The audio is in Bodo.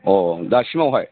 दासिमावहाय